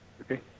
okay